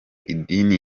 idini